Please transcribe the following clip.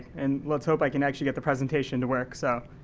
and let's hope i can actually get the presentation to work. so